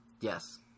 Yes